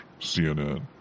CNN